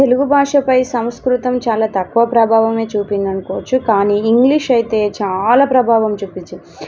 తెలుగు భాషపై సంస్కృతం చాలా తక్కువ ప్రభావమే చూపిందనుకోవచ్చు కానీ ఇంగ్లీష్ అయితే చాలా ప్రభావం చూపించింది